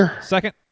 Second